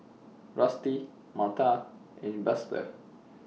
Rusty Marta and Buster